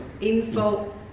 info